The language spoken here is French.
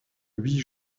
huit